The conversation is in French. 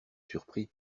surpris